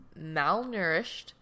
malnourished